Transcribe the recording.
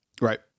right